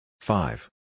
Five